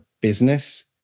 business